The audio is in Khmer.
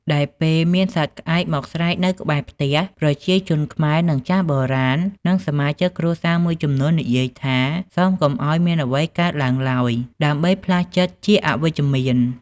ដែលពេលមានសត្វក្អែកមកស្រែកនៅក្បែរផ្ទះ ប្រជាជនខ្មែរនិងចាស់បុរាណនិងសមាជិកគ្រួសារមួយចំនួននិយាយថា: “សូមកុំឲ្យមានអ្វីកើតឡើងឡើយ” ដើម្បីផ្លាស់ចិត្តជាអវិជ្ជមាន។